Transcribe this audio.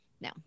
no